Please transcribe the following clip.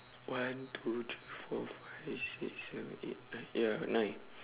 one two three four five six seven eight nine ya nine